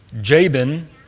Jabin